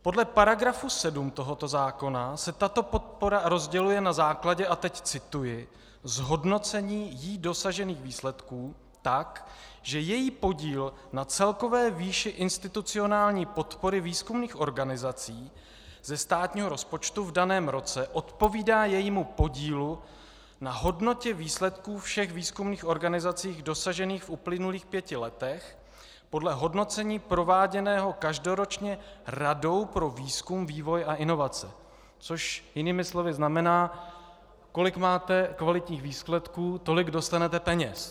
Podle § 7 tohoto zákona se tato podpora rozděluje na základě a teď cituji zhodnocení jí dosažených výsledků tak, že její podíl na celkové výši institucionální podpory výzkumných organizací ze státního rozpočtu v daném roce odpovídá jejímu podílu na hodnotě výsledků všech výzkumných organizací dosažených v uplynulých pěti letech podle hodnocení prováděného každoročně Radou pro výzkum, vývoj a inovace, což jinými slovy znamená: kolik máte kvalitních výsledků, tolik dostanete peněz.